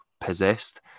Possessed